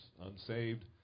unsaved